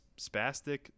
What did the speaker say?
spastic